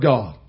God